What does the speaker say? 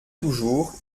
toujours